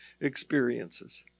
experiences